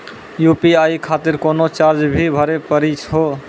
UPI खातिर कोनो charge भी भरी पड़ी हो?